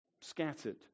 Scattered